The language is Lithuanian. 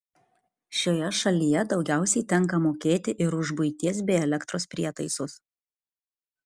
šioje šalyje daugiausiai tenka mokėti ir už buities bei elektros prietaisus